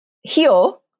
heal